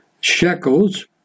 shekels